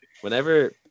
Whenever